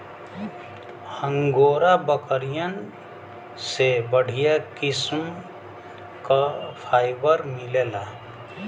angora बकरियन से बढ़िया किस्म क फाइबर मिलला